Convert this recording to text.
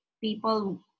people